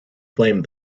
flame